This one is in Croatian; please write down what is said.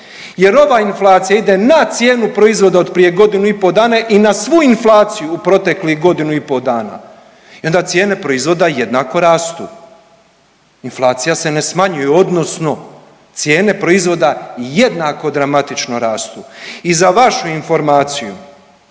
jer ova inflacija ide na cijenu proizvoda od prije godinu i po dana i na svu inflaciju u proteklih godinu i po dana i onda cijene proizvoda jednako rastu, inflacija se ne smanjuje odnosno cijene proizvoda jednako dramatično rastu i za vašu informaciju